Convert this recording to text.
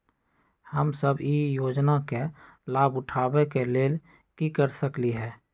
हम सब ई योजना के लाभ उठावे के लेल की कर सकलि ह?